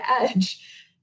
Edge